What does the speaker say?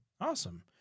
awesome